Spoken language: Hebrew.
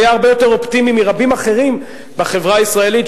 היה הרבה יותר אופטימי מרבים אחרים בחברה הישראלית,